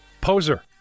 Poser